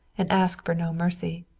and ask for no mercy.